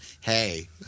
hey